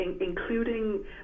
including